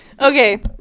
Okay